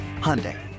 Hyundai